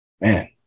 Man